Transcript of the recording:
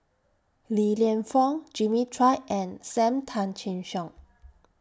Li Lienfung Jimmy Chua and SAM Tan Chin Siong